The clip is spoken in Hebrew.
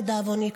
לדאבוני,